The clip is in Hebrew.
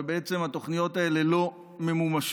ובעצם התוכניות האלה לא ממומשות.